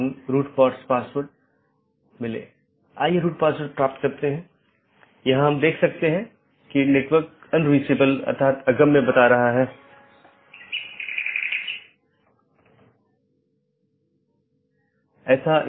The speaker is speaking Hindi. इसका मतलब है कि मार्ग इन कई AS द्वारा परिभाषित है जोकि AS की विशेषता सेट द्वारा परिभाषित किया जाता है और इस विशेषता मूल्यों का उपयोग दिए गए AS की नीति के आधार पर इष्टतम पथ खोजने के लिए किया जाता है